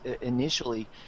initially